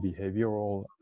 behavioral